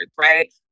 right